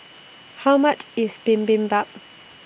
How much IS Bibimbap